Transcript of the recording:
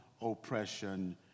oppression